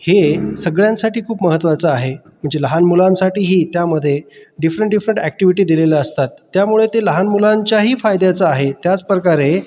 हे सगळ्यांसाठी खूप महत्त्वाचं आहे म्हणजे लहान मुलांसाठीही त्यामध्ये डिफरंट डिफरंट ॲक्टिव्हिटी दिलेल्या असतात त्यामुळे ते लहान मुलांच्याही फायद्याचं आहे त्याच प्रकारे